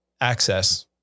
access